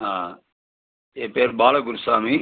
ஆ என் பேர் பாலகுருசாமி